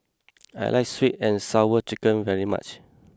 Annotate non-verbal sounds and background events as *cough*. *noise* I like Sweet and Sour Chicken very much